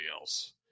else